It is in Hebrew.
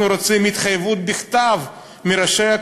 אנחנו רוצים התחייבות בכתב מראשי הקואליציה,